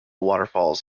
waterfalls